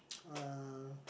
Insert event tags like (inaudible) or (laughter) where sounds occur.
(noise) uh